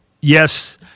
yes